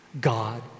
God